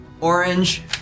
Orange